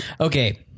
Okay